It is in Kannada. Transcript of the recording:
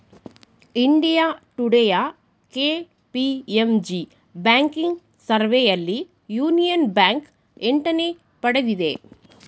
ಇಂಡಿಯಾ ಟುಡೇಯ ಕೆ.ಪಿ.ಎಂ.ಜಿ ಬ್ಯಾಂಕಿಂಗ್ ಸರ್ವೆಯಲ್ಲಿ ಯೂನಿಯನ್ ಬ್ಯಾಂಕ್ ಎಂಟನೇ ಪಡೆದಿದೆ